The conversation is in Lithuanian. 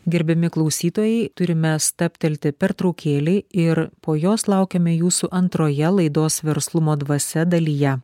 gerbiami klausytojai turime stabtelti pertraukėlei ir po jos laukiame jūsų antroje laidos verslumo dvasia dalyje